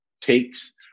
takes